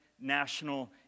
national